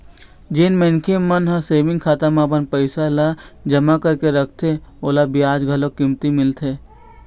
जेन मनखे मन ह सेविंग खाता म अपन पइसा ल जमा करके रखथे ओला बियाज घलोक कमती मिलथे